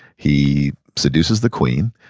he seduces the queen,